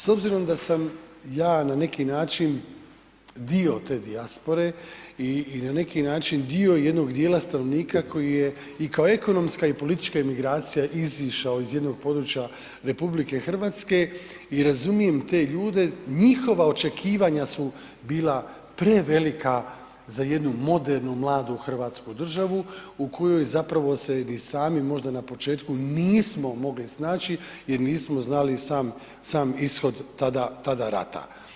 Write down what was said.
S obzirom da sam ja na neki način dio te dijaspore i na neki način dio jednog dijela stanovnika koji je i kao ekonomska i kao politička imigracija izišao iz jednog područja RH i razumijem te ljude, njihova očekivanja su bila prevelika za jednu modernu, mladu hrvatsku državu u kojoj zapravo se ni sami možda na početku nismo mogli snaći jer nismo znali sam ishod tada rata.